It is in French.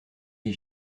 des